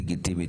לגיטימית,